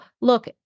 look